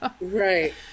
Right